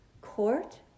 court